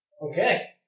Okay